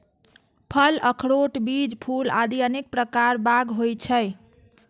फल, अखरोट, बीज, फूल आदि अनेक प्रकार बाग होइ छै